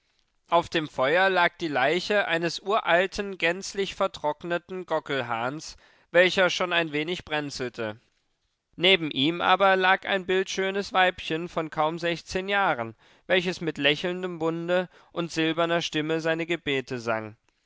auf dem feuer lag die leiche eines uralten gänzlich vertrockneten gockelhahns welcher schon ein wenig brenzelte neben ihm aber lag ein bildschönes weibchen von kaum sechzehn jahren welches mit lächelndem munde und silberner stimme seine gebete sang